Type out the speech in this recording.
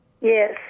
Yes